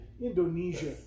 indonesia